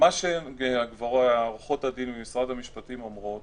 מה שעורכות הדין ממשרד המשפטים אומרות